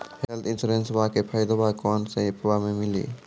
Health इंश्योरेंसबा के फायदावा कौन से ऐपवा पे मिली?